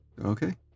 Okay